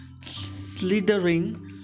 slithering